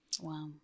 Wow